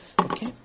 Okay